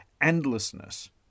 endlessness